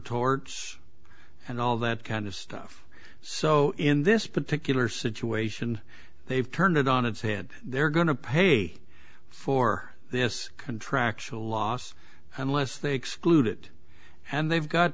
torts and all that kind of stuff so in this particular situation they've turned it on its head they're going to pay for this contractual loss unless they exclude it and they've got